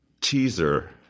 Teaser